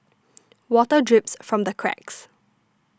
water drips from the cracks